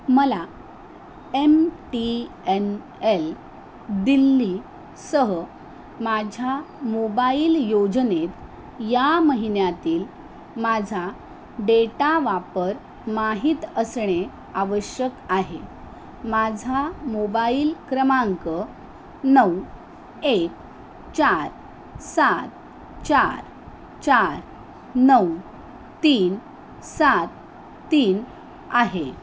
मला M T N L दिल्लीसह माझ्या मोबाईल योजनेत या महिन्यातील माझा डेटा वापर माहीत असणे आवश्यक आहे माझा मोबाईल क्रमांक नऊ एक चार सात चार चार नऊ तीन सात तीन आहे